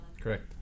Correct